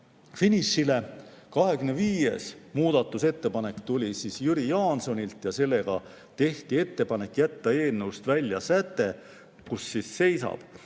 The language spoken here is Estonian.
finišile, 25. muudatusettepanek tuli Jüri Jaansonilt. Sellega tehti ettepanek jätta eelnõust välja säte, kus seisab,